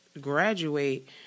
graduate